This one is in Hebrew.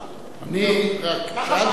אני רק שאלתי, ככה שאלת, אני זוכר היטב.